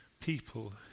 people